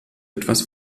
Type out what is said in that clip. etwas